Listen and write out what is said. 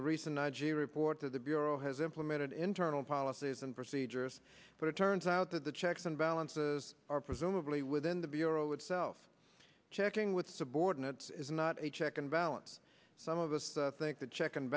the recent i g report to the bureau has implemented internal policies and procedures but it turns out that the checks and balances are presumably within the bureau itself checking with subordinates is not a check and balance some of us think the check and